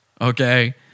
Okay